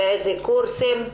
באיזה קורסים,